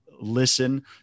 listen